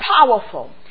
powerful